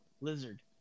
Lizard